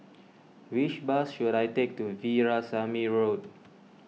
which bus should I take to Veerasamy Road